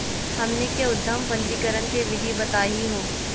हमनी के उद्यम पंजीकरण के विधि बताही हो?